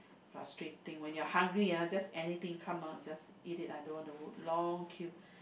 frustrating when you're hungry ah just anything come ah just eat it I don't want to long queue